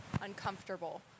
uncomfortable